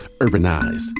urbanized